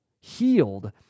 healed